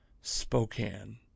Spokane